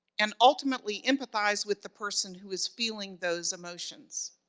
and ultimately empathize with the person who is feeling those emotions.